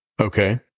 Okay